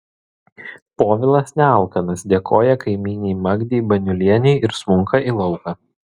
povilas nealkanas dėkoja kaimynei magdei baniulienei ir smunka į lauką